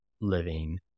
living